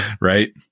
Right